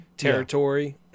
territory